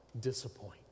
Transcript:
disappoint